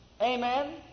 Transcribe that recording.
Amen